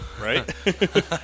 Right